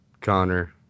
Connor